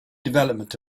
development